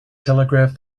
telegraph